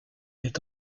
est